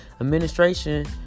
Administration